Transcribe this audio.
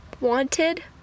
wanted